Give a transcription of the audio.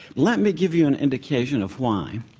let me give you an indication of why.